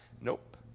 Nope